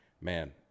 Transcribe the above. Man